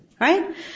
right